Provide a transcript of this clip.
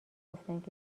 گفتند